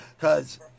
Cause